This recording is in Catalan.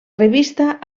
revista